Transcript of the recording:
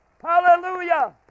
Hallelujah